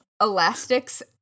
elastics